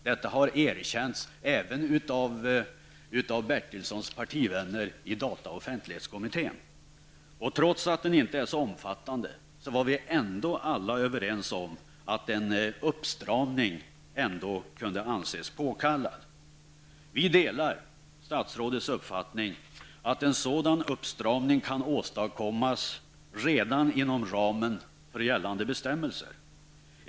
Detta har även Stig Bertilssons partikamrater i data och offentlighetskommittén erkänt. Trots att undersökningen inte var så omfattande, var vi dock alla överens om att en uppstramning ändå kunde anses påkallad. Vi delar statsrådets uppfattning, att en sådan uppstramning kan åstadkommas redan inom ramen för gällande bestämmelser.